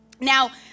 Now